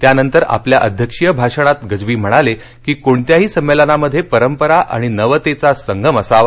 त्यानंतर आपल्या अध्यक्षीय भाषणात गज्वी म्हणाले की कोणत्याही संमेलनामध्ये परंपरा आणि नवतेचा संगम असावा